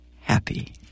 happy